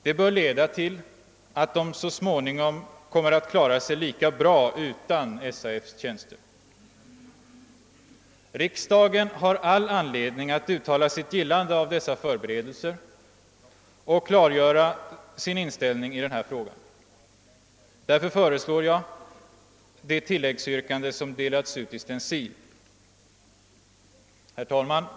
Det bör leda till att de så småningom kommer att klara sig lika bra utan SAF:s tjänster. Riksdagen har all anledning att uttala sitt gillande av dessa förberedelser och klargöra sin inställning till denna fråga. Därför föreslår jag det tilläggsyrkande som delats ut i stencil. Herr talman!